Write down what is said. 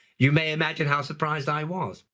you may imagine how surprised i was.